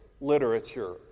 literature